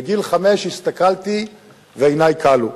בגיל חמש הסתכלתי ועיני כלו.